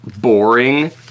boring